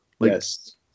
Yes